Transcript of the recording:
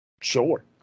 Sure